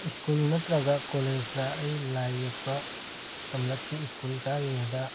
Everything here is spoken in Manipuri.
ꯁ꯭ꯀꯨꯜ ꯅꯠꯇ꯭ꯔꯒ ꯀꯣꯂꯦꯖꯇ ꯑꯩ ꯂꯥꯏ ꯌꯦꯛꯄ ꯇꯝꯂꯛꯈꯤ ꯁ꯭ꯀꯨꯜ ꯀꯥꯔꯤꯉꯩꯗ